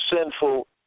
sinful